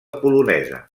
polonesa